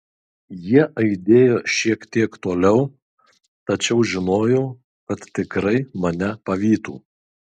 jie aidėjo šiek tiek toliau tačiau žinojau kad tikrai mane pavytų